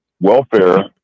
welfare